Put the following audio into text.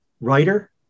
writer